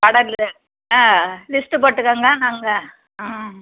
கடை வந்து ஆ லிஸ்ட்டு போட்டுக்கோங்க நாங்கள் ஆ